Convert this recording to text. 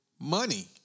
money